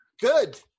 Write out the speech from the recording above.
Good